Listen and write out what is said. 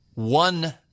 One